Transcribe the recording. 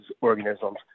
organisms